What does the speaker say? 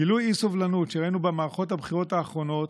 גילוי האי-סובלנות שראינו במערכות הבחירות האחרונות,